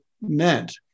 meant